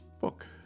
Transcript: book